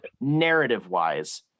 narrative-wise